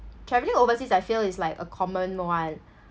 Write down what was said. travelling overseas I feel it's like a common one